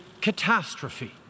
catastrophe